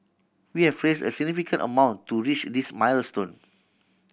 we have raised a significant amount to reach this milestone